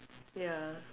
ya